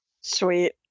Sweet